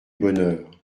bonheur